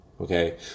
Okay